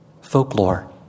folklore